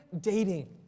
dating